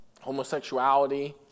homosexuality